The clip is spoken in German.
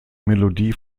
melodie